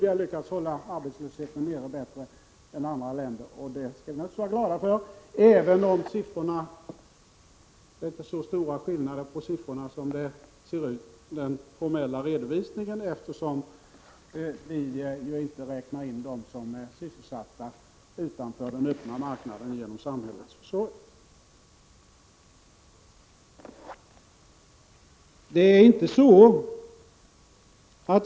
Vi har lyckats hålla arbetslösheten nere bättre än andra länder, och det skall vi naturligtvis vara glada för, även om det inte är så stora skillnader i siffror som det ser ut i den formella redovisningen, eftersom vi inte räknar in dem som är sysselsatta utanför den öppna marknaden och genom samhällets försorg.